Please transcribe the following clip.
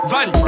Van